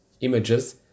images